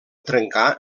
trencar